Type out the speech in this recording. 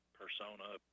persona